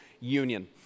union